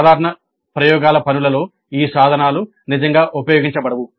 సాధారణ ప్రయోగశాల పనులలో ఈ సాధనాలు నిజంగా ఉపయోగించబడవు